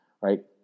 right